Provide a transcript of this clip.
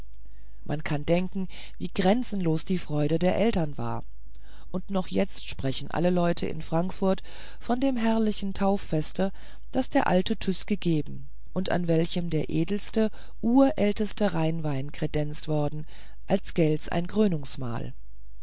man kann denken wie grenzenlos die freude der eltern war und noch jetzt sprechen alle leute in frankfurt von dem herrlichen tauffeste das der alte tyß gegeben und an welchem der edelste urälteste rheinwein kredenzt worden als gelt es ein krönungsmahl